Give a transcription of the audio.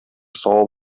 савап